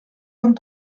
vingt